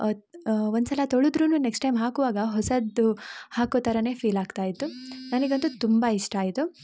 ಅದು ಒಂದುಸಲ ತೋಳೆದ್ರು ನೆಕ್ಸ್ಟ್ ಟೈಮ್ ಹಾಕುವಾಗ ಹೊಸದು ಹಾಕೋ ಥರಾ ಫೀಲ್ ಆಗ್ತಾ ಇತ್ತು ನನಿಗಂತು ತುಂಬ ಇಷ್ಟ ಆಯಿತು